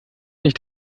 nicht